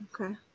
Okay